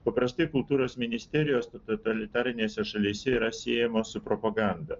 paprastai kultūros ministerijos totalitarinėse šalyse yra siejama su propaganda